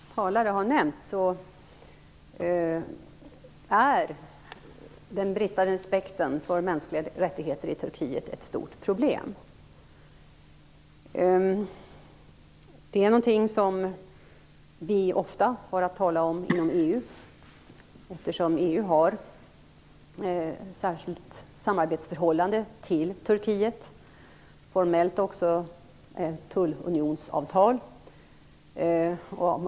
Fru talman! Som flera talare har nämnt är den bristande respekten för mänskliga rättigheter i Turkiet ett stort problem. Det är något vi ofta har att tala om inom EU, eftersom EU har ett särskilt samarbetsförhållande med Turkiet, formellt också ett tullunionsavtal.